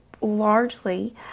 largely